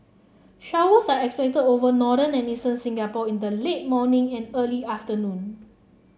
showers are expected over northern and eastern Singapore in the late morning and early afternoon